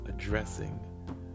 Addressing